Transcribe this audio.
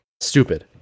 stupid